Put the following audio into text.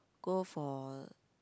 go for